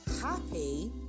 happy